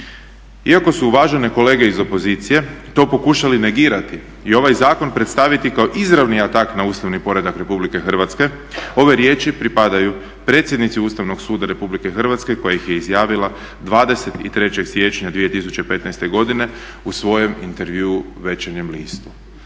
Iako su uvažene kolege iz opozicije to pokušali negirati i ovaj zakon predstaviti kao izravni atak na ustavni poredak RH ove riječi pripadaju predsjednici Ustavnog suda RH koja ih je izjavila 23. siječnja 2015. godine u svojem intervjuu "Večernjem listu".